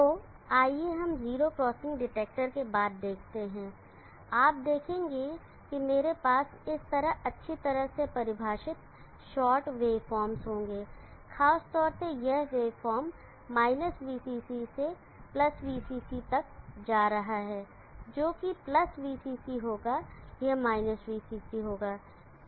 तो आइए हम जीरो क्रॉसिंग डिटेक्टर के बाद देखते हैं आप देखेंगे कि मेरे पास इस तरह अच्छी तरह से परिभाषित शार्ट वेवफॉर्म्स होंगे खासतौर से से यह वेवफॉर्म -VCC से VCC तक जा रहा है जो कि VCC होगा यह -VCC होगा